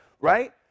Right